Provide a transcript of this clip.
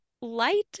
light